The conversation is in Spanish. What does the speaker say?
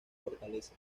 fortaleza